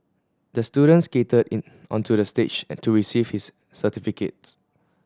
the student skated in onto the stage to receive his certificates